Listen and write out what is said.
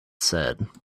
said